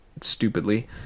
stupidly